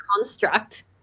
construct